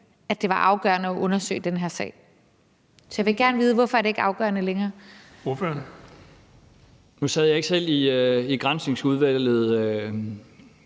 at det var afgørende at undersøge den her sag. Så jeg vil gerne vide, hvorfor det ikke er afgørende længere. Kl. 17:19 Den fg.